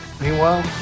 Meanwhile